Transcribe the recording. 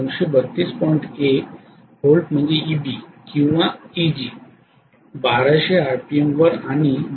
1 volt म्हणजे Eb किंवा Eg 1200 RPM वर आणि 2